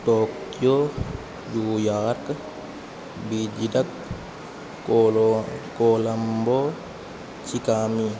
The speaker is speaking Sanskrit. टोक्यो न्यूयार्क् बीजिरक् कोलो कोलम्बो चिकामि